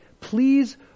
Please